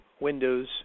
windows